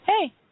Hey